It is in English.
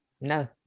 no